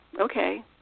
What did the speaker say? okay